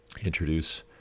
introduce